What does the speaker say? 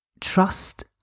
trust